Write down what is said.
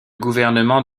gouvernement